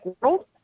world